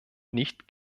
nicht